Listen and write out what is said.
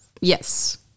Yes